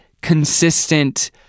consistent